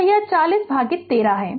तो यह 40 भागित 13 है